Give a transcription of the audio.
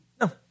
No